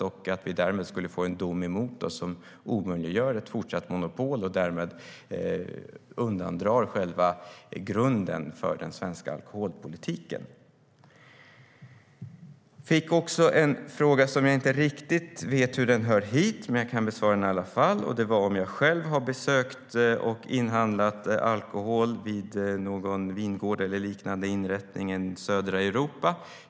Därmed skulle vi kunna få en dom emot oss som omöjliggör ett fortsatt monopol, och då undandras själva grunden för den svenska alkoholpolitiken. Jag fick också en fråga som jag inte riktigt vet hur den hör hit, men jag kan besvara den i alla fall. Frågan gällde om jag själv har besökt och inhandlat alkohol vid någon vingård eller liknande inrättning i södra Europa.